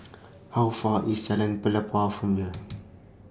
How Far IS Jalan Pelepah from here